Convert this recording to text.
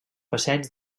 passeig